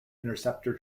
interceptor